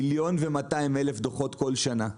אדוני היושב-ראש, 1.200 מיליון דוחות כל שנה.